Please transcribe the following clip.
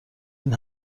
این